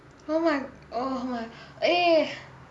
oh my oh my eh